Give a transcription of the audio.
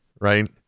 right